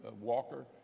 Walker